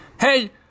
Hey